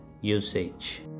usage